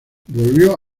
volvió